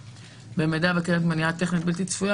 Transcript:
"במידה וקיימת מניעה טכנית בלתי צפויה,